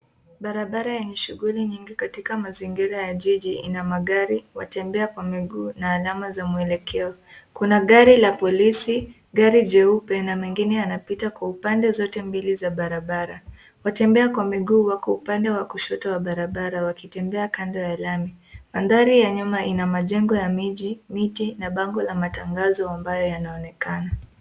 Barabara yenye shughuli nyingi katika mazingira ya jiji ina magari, watembea kwa miguu na alama za mwelekeo. Kuna gari la polisi, gari jeupe na mengine yanapita kwa upande zote mbili za barabara. Watembea kwa miguu wako upande wa kushoto wa barabara wakitembea kando ya lami. Mandhari ya nyuma ina majengo ya miji, miti na bango la matangazo ambayo yanaonekana.